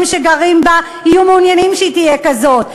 שגרים בה יהיו מעוניינים שהיא תהיה כזאת.